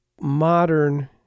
modern